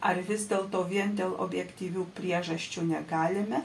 ar vis dėlto vien dėl objektyvių priežasčių negalime